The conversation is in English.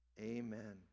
Amen